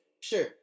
Sure